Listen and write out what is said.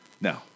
No